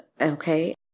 okay